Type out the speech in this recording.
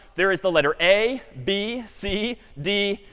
there is the letter a, b, c, d,